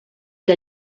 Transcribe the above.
que